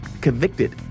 convicted